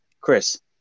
Chris